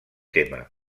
tema